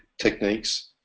techniques